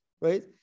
right